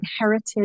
inherited